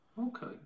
Okay